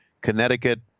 Connecticut